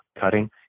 cutting